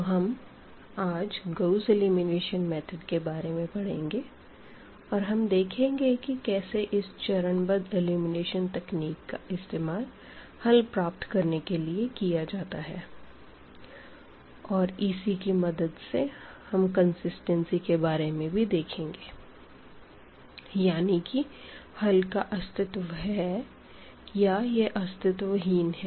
तो हम आज गाउस एलिमिनेशन मेथड के बारे में और हम देखेंगे कि कैसे इस चरणबद्ध एलिमिनेशन तकनीक का इस्तेमाल हल प्राप्त करने के लिए किया जाता है और इसी की मदद से हम कंसिस्टेंसी के बारे में भी देखेंगे यानी कि हल का अस्तित्व है या यह अस्तित्वहीन है